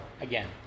Again